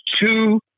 two